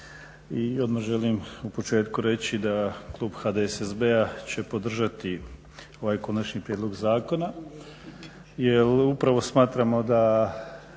odmah želim na početku reći da klub HDSSB-a će podržati ovaj konačni prijedlog zakona jer upravo smatramo da